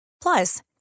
Plus